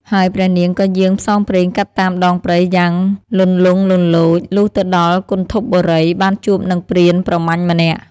ហើយព្រះនាងក៏យាងផ្សងព្រេងកាត់តាមដងព្រៃយ៉ាងលន្លង់លន្លោច លុះទៅដល់គន្ធពបូរី បានជួបនឹងព្រានប្រមាញ់ម្នាក់។